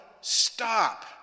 stop